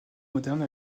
moderne